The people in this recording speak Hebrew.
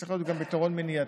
צריך להיות גם פתרון מניעתי.